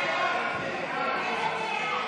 כהצעת הוועדה,